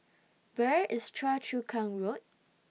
Where IS Choa Chu Kang Road